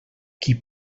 qui